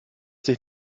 sich